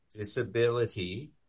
disability